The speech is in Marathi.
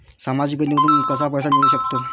सामाजिक योजनेतून कसा पैसा मिळू सकतो?